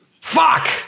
Fuck